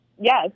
Yes